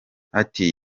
ati